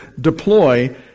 deploy